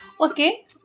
Okay